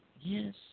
Yes